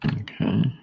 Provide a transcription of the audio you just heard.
Okay